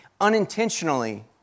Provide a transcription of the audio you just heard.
unintentionally